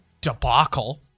debacle